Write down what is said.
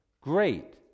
great